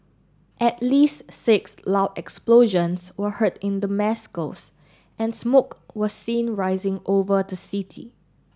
at least six loud explosions were heard in Damascus and smoke was seen rising over the city